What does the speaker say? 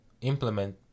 implement